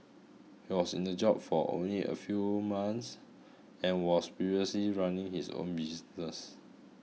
he was in the job for only a few months and was previously running his own business